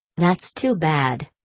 that's too bad.